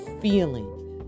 feeling